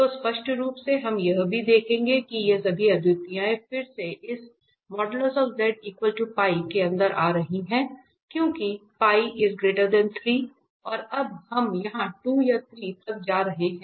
तो स्पष्ट रूप से हम यहां यह भी देखेंगे कि ये सभी अद्वितीयताएं फिर से इस के अंदर आ रही हैं क्योंकि और अब हम यहां 2 या 3 तक जा रहे हैं